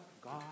God